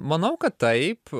manau kad taip